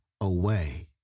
away